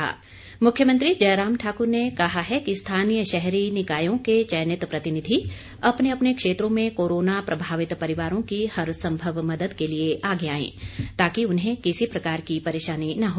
मुख्यमंत्री मुख्यमंत्री जयराम ठाकुर ने कहा है कि स्थानीय शहरी निकायों के चयनित प्रतिनिधि अपने अपने क्षेत्रों में कोरोना प्रभावित परिवारों की हर संभव मदद के लिए आगे आएं ताकि उन्हें किसी प्रकार की परेशानी न हो